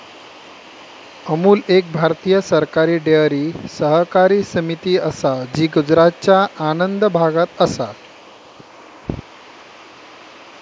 अमूल एक भारतीय सरकारी डेअरी सहकारी समिती असा जी गुजरातच्या आणंद भागात असा